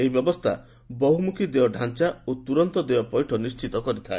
ଏହି ବ୍ୟବସ୍ଥା ବହୁମୂଖି ଦେୟ ଢାଞ୍ଚା ଓ ତୁରନ୍ତ ଦେୟ ପୈଠ ନିଶ୍ଚିତ କରିଥାଏ